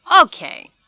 Okay